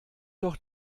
doch